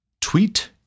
tweet